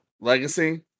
legacy